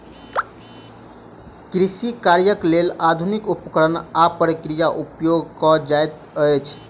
कृषि कार्यक लेल आधुनिक उपकरण आ प्रक्रिया उपयोग कयल जाइत अछि